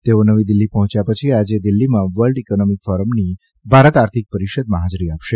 તેઓ નવી દિલ્હી પહોંચ્યા પછી આજે દિલ્હીમાં વર્લ્ડ ઈકોનોમિક ફોરમની ભારત આર્થિક પરીષદમાં હાજરી આપશે